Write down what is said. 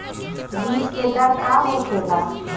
बीज के दर का होखेला?